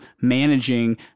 managing